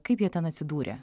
kaip jie ten atsidūrė